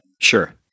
Sure